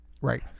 right